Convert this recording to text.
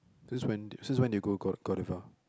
since when did since when did you go god Godiva